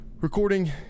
Recording